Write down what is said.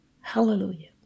Hallelujah